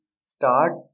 start